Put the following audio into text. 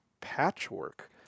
patchwork